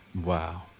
Wow